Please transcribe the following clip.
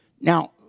Now